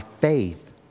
faith